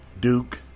Duke